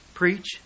Preach